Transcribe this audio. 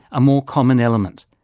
a more common element.